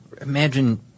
imagine